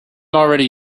already